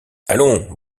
allons